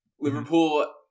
Liverpool